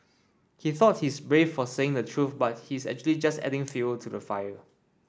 he thought he's brave for saying the truth but he's actually just adding fuel to the fire